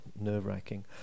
nerve-wracking